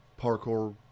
parkour